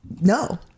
no